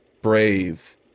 brave